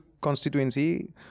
constituency